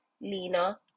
Lena